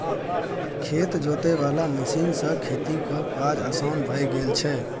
खेत जोते वाला मशीन सँ खेतीक काज असान भए गेल छै